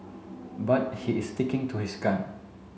but he is sticking to his gun